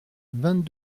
vingt